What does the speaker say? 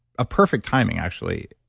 a perfect timing actually,